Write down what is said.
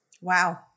Wow